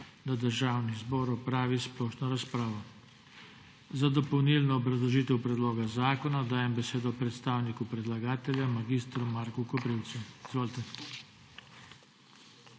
da Državni zbor opravi splošno razpravo. Za dopolnilno obrazložitev predloga zakona dajem besedo predstavniku predlagatelja mag. Marku Koprivcu. Izvolite.